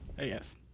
Yes